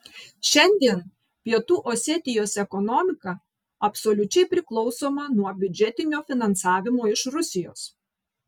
šiandien pietų osetijos ekonomika absoliučiai priklausoma nuo biudžetinio finansavimo iš rusijos